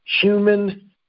Human